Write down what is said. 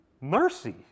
Mercy